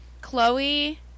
Chloe